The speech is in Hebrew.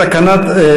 בנושא: